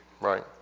Right